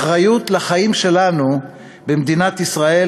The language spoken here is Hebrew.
אחריות לחיים שלנו במדינת ישראל,